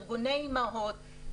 ארגוני אימהות.